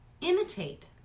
imitate